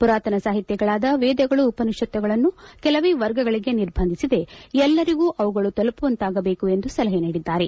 ಮರಾತನ ಸಾಹಿತ್ಯಗಳಾದ ವೇದಗಳು ಉಪನಿಷತ್ತುಗಳನ್ನು ಕೆಲವೇ ವರ್ಗಗಳಿಗೆ ನಿರ್ಬಂಧಿಸದೇ ಎಲ್ಲರಿಗೂ ಅವುಗಳು ತಲುಪುವಂತಾಗಬೇಕು ಎಂದು ಸಲಹೆ ನೀಡಿದ್ದಾರೆ